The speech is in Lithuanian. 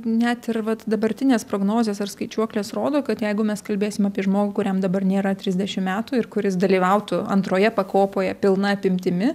net ir vat dabartinės prognozės ar skaičiuoklės rodo kad jeigu mes kalbėsim apie žmogų kuriam dabar nėra trisdešim metų ir kuris dalyvautų antroje pakopoje pilna apimtimi